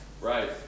Right